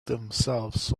themselves